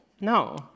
No